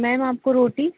ma'am आपको रोटी